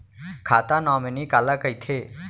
खाता नॉमिनी काला कइथे?